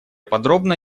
подробно